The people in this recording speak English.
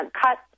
cuts